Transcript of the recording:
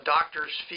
Doctor's